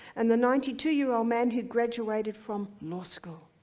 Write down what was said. and the ninety two year old man who graduated from law school.